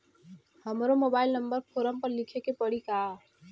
हमरो mobile number form पर लिखे के पड़ी का?